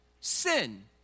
sin